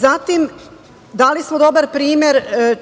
Zatim, dali smo dobar primer